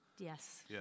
Yes